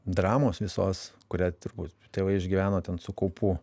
dramos visos kurią turbūt tėvai išgyveno ten su kaupu